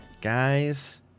Guys